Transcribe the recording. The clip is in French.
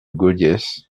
gaudiès